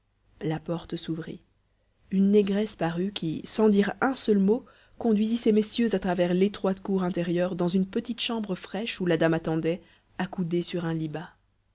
la porte s'ouvrit une négresse parut qui sans dire un seul mot conduisit ces messieurs à travers l'étroite cour intérieure dans une petite chambre fraîche où la dame attendait accoudée sur un lit